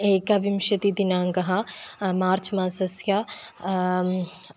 एकाविंशतिदिनाङ्कः March मासस्य